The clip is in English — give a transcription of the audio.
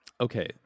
Okay